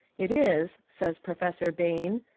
it is, says professor bain,